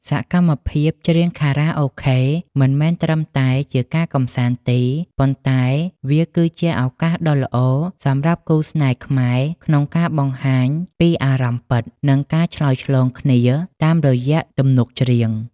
សកម្មភាពច្រៀងខារ៉ាអូខេ មិនមែនត្រឹមតែជាការកម្សាន្តទេ ប៉ុន្តែវាគឺជាឱកាសដ៏ល្អសម្រាប់គូស្នេហ៍ខ្មែរក្នុងការបង្ហាញពីអារម្មណ៍ពិត និងការឆ្លើយឆ្លងគ្នាតាមរយៈទំនុកច្រៀង។